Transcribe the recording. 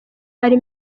ari